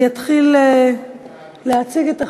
אני אתחיל להציג את החוק,